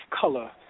color